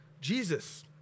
Jesus